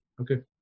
Okay